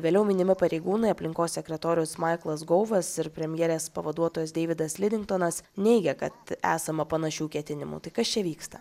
vėliau minimi pareigūnai aplinkos sekretorius maiklas gouvas ir premjerės pavaduotojas deividas livingtonas neigia kad esama panašių ketinimų tai kas čia vyksta